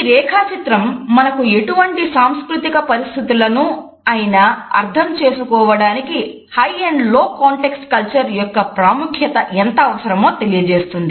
ఈ రేఖాచిత్రం మనకు ఎటువంటి సాంస్కృతిక పరిస్థితులను అయినా అర్థం చేసుకోవడానికి హై ఎండ్ లో కాంటెక్స్ట్ కల్చర్ యొక్క ప్రాముఖ్యత ఎంత అవసరమో తెలియజేస్తుంది